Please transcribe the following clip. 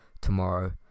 tomorrow